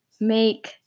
make